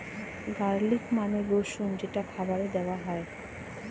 garlic মানে রসুন যেটা খাবারে দেওয়া হয়